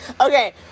okay